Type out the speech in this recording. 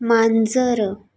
मांजर